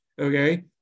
Okay